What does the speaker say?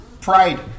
pride